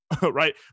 right